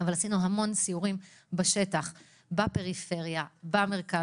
ערכנו המון סיורים בשטח, בפריפריה ובמרכז.